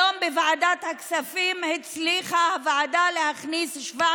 היום בוועדת הכספים הצליחה הוועדה להכניס 700